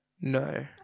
no